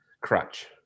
crutch